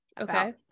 Okay